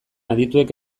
adituek